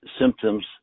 symptoms